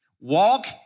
walk